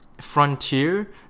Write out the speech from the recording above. frontier